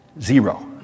Zero